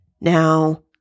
Now